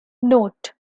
note